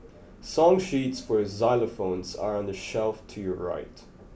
song sheets for xylophones are on the shelf to your right